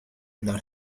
not